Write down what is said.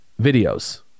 videos